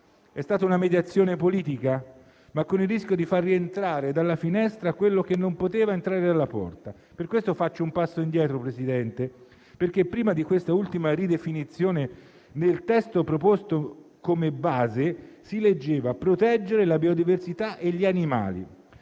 È stata una mediazione politica, ma con il rischio di far rientrare dalla finestra quello che non poteva entrare dalla porta e per questo faccio un passo indietro, signor Presidente. Prima di questa ultima ridefinizione, infatti, nel testo base proposto si leggeva: proteggere la biodiversità e gli animali.